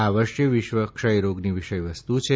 આ વર્ષે વિશ્વ ક્ષયરોગની વિષયવસ્તુ છે